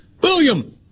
william